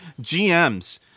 GMs